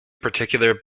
particular